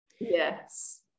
Yes